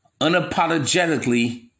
unapologetically